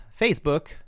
Facebook